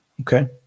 okay